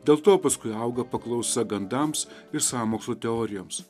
dėl to paskui auga paklausa gandams ir sąmokslo teorijoms